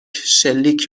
شلیک